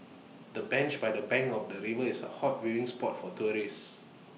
the bench by the bank of the river is A hot viewing spot for tourists